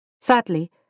Sadly